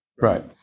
Right